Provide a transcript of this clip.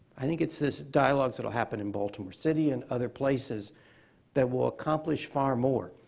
i think it's this dialogue that'll happen in baltimore city and other places that will accomplish far more.